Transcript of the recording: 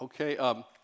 Okay